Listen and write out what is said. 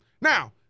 Now